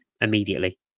immediately